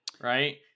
right